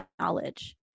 knowledge